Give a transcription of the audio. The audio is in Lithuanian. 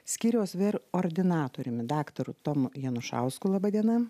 skyriaus vyr ordinatoriumi daktaru tomu janušausku laba diena